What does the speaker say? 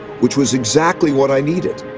which was exactly what i needed.